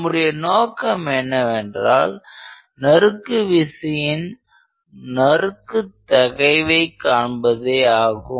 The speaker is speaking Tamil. நம்முடைய நோக்கம் என்னவென்றால் நறுக்கு விசையின் நறுக்கு தகைவை காண்பதே ஆகும்